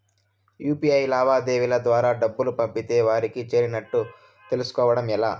UPI లావాదేవీల ద్వారా డబ్బులు పంపితే వారికి చేరినట్టు తెలుస్కోవడం ఎలా?